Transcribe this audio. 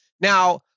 Now